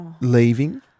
leaving